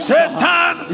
Satan